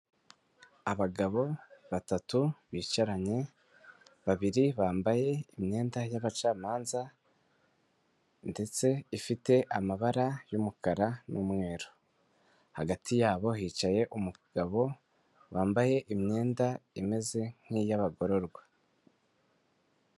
Abagabo batatu bicaranye babiri bambaye imyenda y'abacamanza ndetse ifite amabara y'umukara n'umweru hagati yabo hicaye umugabo wambaye imyenda imeze nk'iy'abagororwa.